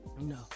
No